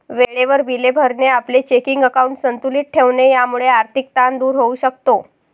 वेळेवर बिले भरणे, आपले चेकिंग अकाउंट संतुलित ठेवणे यामुळे आर्थिक ताण दूर होऊ शकतो